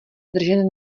držen